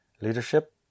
Leadership